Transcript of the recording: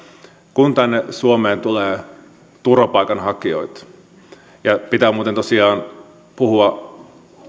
kun tänne suomeen tulee turvapaikanhakijoita pitää muuten tosiaan puhua